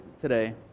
today